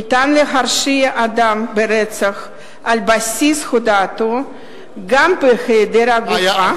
ניתן להרשיע אדם ברצח על בסיס הודאתו גם בהיעדר הגופה.